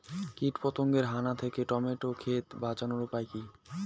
কীটপতঙ্গের হানা থেকে টমেটো ক্ষেত বাঁচানোর উপায় কি?